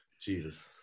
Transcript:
jesus